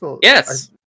Yes